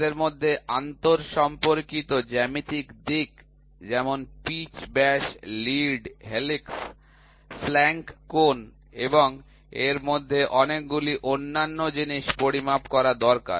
আমাদের মধ্যে আন্তঃসম্পর্কিত জ্যামিতিক দিক যেমন পিচ ব্যাস লিড হেলিক্স ফ্ল্যাঙ্ক কোণ এবং এর মধ্যে অনেকগুলি অন্যান্য জিনিস পরিমাপ করা দরকার